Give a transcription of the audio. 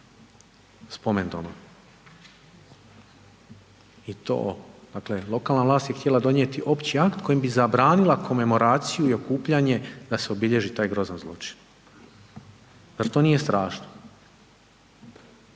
spomen doma i to, dakle lokalna vlast je htjela donijeti opći akt kojim bi zabranila komemoraciju i okupljanje da se obilježi taj grozan zločin. Zar to nije strašno?